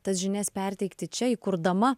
tas žinias perteikti čia įkurdama